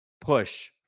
push